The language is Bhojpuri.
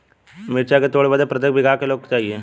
मरचा के तोड़ बदे प्रत्येक बिगहा क लोग चाहिए?